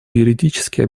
юридически